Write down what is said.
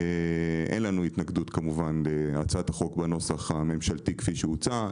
אין לנו התנגדות כמובן להצעת החוק הממשלתי כפי שהוצע.